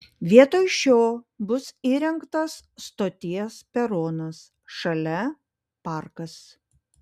vietoj šio bus įrengtas stoties peronas šalia parkas